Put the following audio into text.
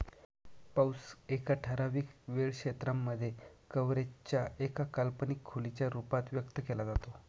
पाऊस एका ठराविक वेळ क्षेत्रांमध्ये, कव्हरेज च्या एका काल्पनिक खोलीच्या रूपात व्यक्त केला जातो